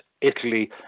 Italy